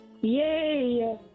Yay